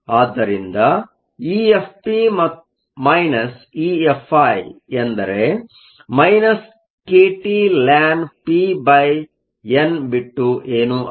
ಆದ್ದರಿಂದ EFp EFi ಎಂದರೆ kTln pn ಬಿಟ್ಟು ಎನು ಅಲ್ಲ